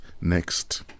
Next